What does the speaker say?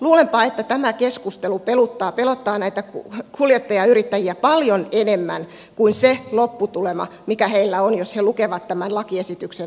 luulenpa että tämä keskustelu pelottaa näitä kuljettajayrittäjiä paljon enemmän kuin se lopputulema mikä heillä on jos he lukevat tämän lakiesityksen velvoitteet